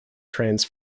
trains